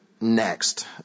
next